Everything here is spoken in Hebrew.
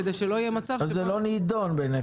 כדי שלא יהיה מצב שבו --- אבל זה לא נידון ביניכם,